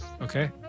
Okay